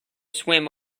swim